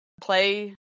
play